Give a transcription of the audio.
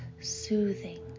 Soothing